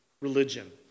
religion